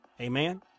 Amen